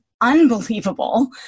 unbelievable